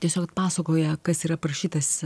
tiesiog pasakoja kas yra parašytas